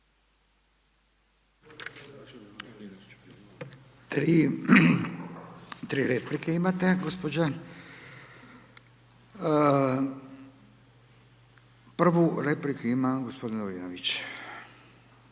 Tri replike imate, gospođo. Prvu repliku ima gospodin Lovrinović.